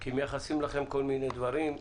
כי מייחסים לכם כל מיני דברים.